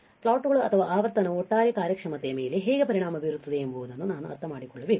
ಪ್ಲಾಟ್ಗಳು ಅಥವಾ ಆವರ್ತನವು ಒಟ್ಟಾರೆ ಕಾರ್ಯಕ್ಷಮತೆಯ ಮೇಲೆ ಹೇಗೆ ಪರಿಣಾಮ ಬೀರುತ್ತದೆ ಎಂಬುದನ್ನು ನಾವು ಅರ್ಥಮಾಡಿಕೊಳ್ಳಬೇಕು